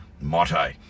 motto